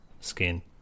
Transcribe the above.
skin